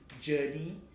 journey